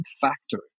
factory